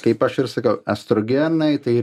kaip aš ir sakau estrogenai tai